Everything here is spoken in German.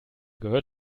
gehört